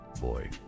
boy